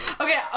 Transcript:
Okay